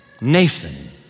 Nathan